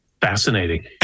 Fascinating